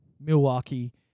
Milwaukee